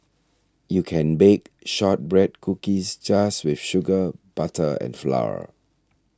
you can bake Shortbread Cookies just with sugar butter and flour